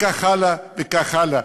וכך הלאה, וכך הלאה.